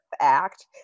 act